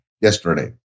yesterday